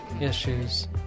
issues